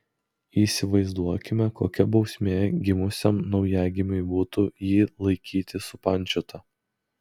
įsivaizduokime kokia bausmė gimusiam naujagimiui būtų jį laikyti supančiotą